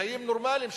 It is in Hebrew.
חיים נורמליים,